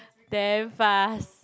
damn fast